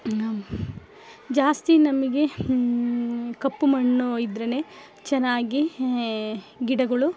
ನಮ್ಮ ಜಾಸ್ತಿ ನಮಗೆ ಕಪ್ಪು ಮಣ್ಣುಇದ್ರೆ ಚೆನ್ನಾಗಿ ಗಿಡಗಳು